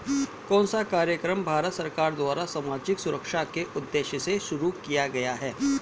कौन सा कार्यक्रम भारत सरकार द्वारा सामाजिक सुरक्षा के उद्देश्य से शुरू किया गया है?